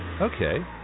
Okay